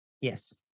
Yes